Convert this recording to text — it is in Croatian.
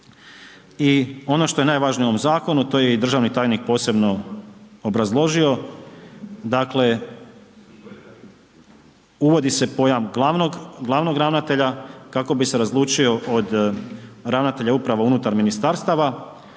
I ono što je najvažnije u ovom zakonu, to je državni tajnik posebno obrazložio, dakle, uvodi se pojam glavnog ravnatelja, kako bi se razlučio od ravnatelja uprava unutar ministarstava,